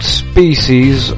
species